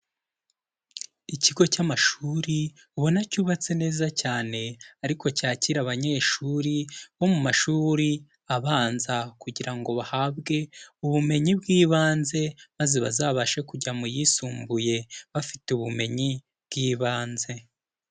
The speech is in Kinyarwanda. Ikigo cy'amashuri ubona cyubatse neza cyane ariko cyakira abanyeshuri bo mu mashuri abanza kugira ngo bahabwe ubumenyi bw'ibanze, maze bazabashe kujya mu yisumbuye bafite ubumenyi bw'ibanze.